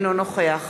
אינו נוכח